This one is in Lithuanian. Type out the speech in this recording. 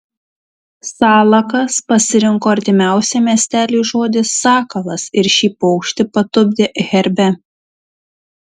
salakas pasirinko artimiausią miesteliui žodį sakalas ir šį paukštį patupdė herbe